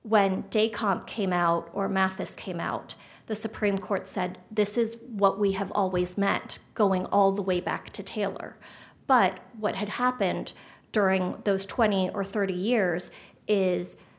kock came out or mathis came out the supreme court said this is what we have always meant going all the way back to taylor but what had happened during those twenty or thirty years is